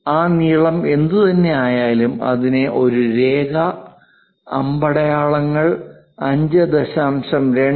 ആ നീളം എന്തുതന്നെയായാലും അതിനെ ഒരു രേഖ അമ്പടയാളങ്ങൾ 5